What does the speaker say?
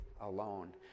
alone